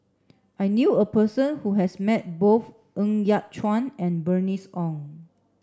I knew a person who has met both Ng Yat Chuan and Bernice Ong